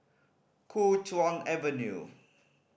Kuo Chuan Avenue